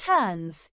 Turns